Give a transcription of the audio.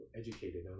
Educated